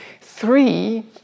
Three